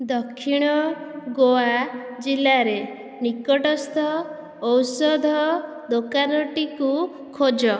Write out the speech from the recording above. ଦକ୍ଷିଣ ଗୋଆ ଜିଲ୍ଲାରେ ନିକଟସ୍ଥ ଔଷଧ ଦୋକାନଟିକୁ ଖୋଜ